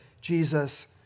Jesus